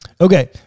Okay